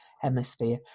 hemisphere